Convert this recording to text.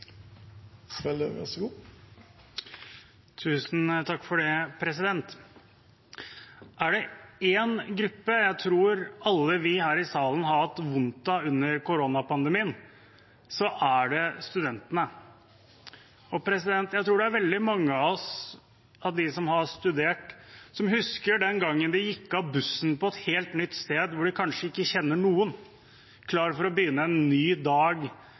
alle, både faglig og sosialt. Er det en gruppe jeg tror alle vi her i salen har hatt vondt av under corona-pandemien, er det studentene. Jeg tror veldig mange av oss som har studert, husker den gangen vi gikk av bussen på et helt nytt sted, hvor man kanskje ikke kjente noen, klar for å begynne en ny dag